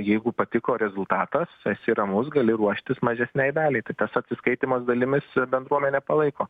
jeigu patiko rezultatas esi ramus gali ruoštis mažesnei daliai tai tas atsiskaitymas dalimis bendruomenė palaiko